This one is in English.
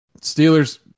Steelers